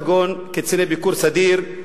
כגון קציני ביקור סדיר,